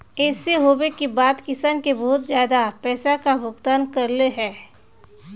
ऐसे होबे के बाद किसान के बहुत ज्यादा पैसा का भुगतान करले है?